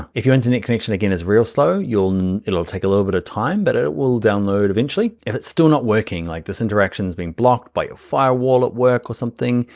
if your internet connection, again, is real slow it'll take a little bit of time but it will download eventually. if it's still not working, like this interaction's being blocked by a firewall at work or something,